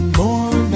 more